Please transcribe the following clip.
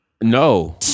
No